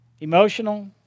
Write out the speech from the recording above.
emotional